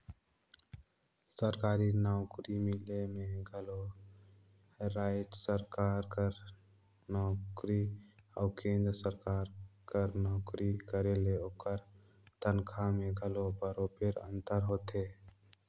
सरकारी नउकरी मिले में घलो राएज सरकार कर नोकरी अउ केन्द्र सरकार कर नोकरी करे ले ओकर तनखा में घलो बरोबेर अंतर होथे